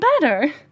better